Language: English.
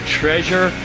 treasure